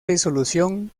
disolución